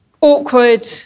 awkward